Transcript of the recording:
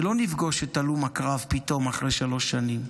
שלא נפגוש את הלום הקרב פתאום אחרי שלוש שנים.